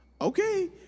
Okay